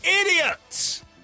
idiots